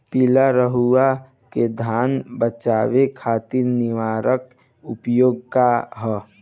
पीला रतुआ से धान बचावे खातिर निवारक उपाय का ह?